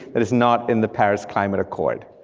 that is not in the paris climate accord.